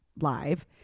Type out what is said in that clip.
live